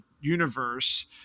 universe